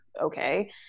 okay